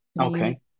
Okay